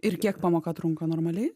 ir kiek pamoka trunka normaliai